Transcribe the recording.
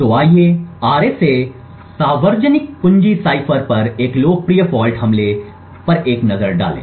तो आइए आरएसए सार्वजनिक कुंजी साइफर पर एक लोकप्रिय फॉल्ट हमले पर एक नज़र डालें